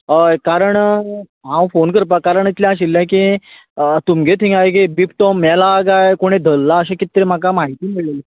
हय कारण हांव फोन करपा कारण इतलें आशिल्ले कि तुमगें थंय हांवें एक बिबटो मेला गाय कोणी धल्ला अश किद ते म्हाका म्हायती मेळलेली